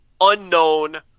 unknown